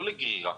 לא לגרירה,